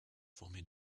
formé